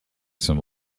some